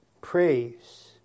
praise